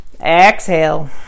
exhale